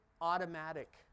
automatic